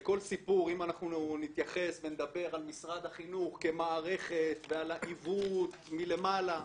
אם אנחנו נתייחס ונדבר על משרד החינוך כמערכת ועל העיוות מלמעלה,